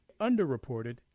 underreported